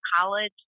college